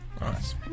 Nice